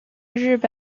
日本